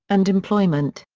and employment.